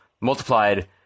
multiplied